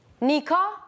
Nika